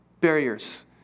barriers